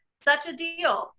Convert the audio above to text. such a deal,